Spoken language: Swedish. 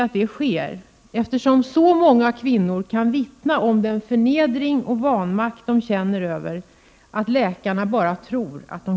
Stora krav måste därför ställas på vilken information och fortbildning som läkarna kontinuerligt måste få ta del av.